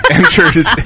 enters